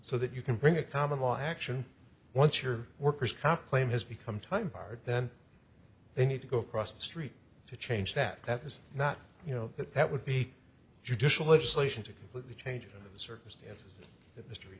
so that you can bring a common law action once your worker's comp claim has become time barred then they need to go across the street to change that that is not you know that that would be judicial legislation to completely change the circumstances